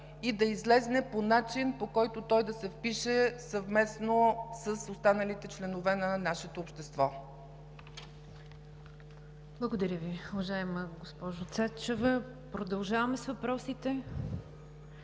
и да излезе по начин, по който той да се впише съвместно с останалите членове на нашето общество. ПРЕДСЕДАТЕЛ НИГЯР ДЖАФЕР: Благодаря Ви, уважаема госпожо Цачева. Продължаваме с въпросите.